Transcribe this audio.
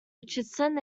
richardson